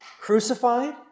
crucified